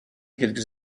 quelques